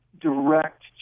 direct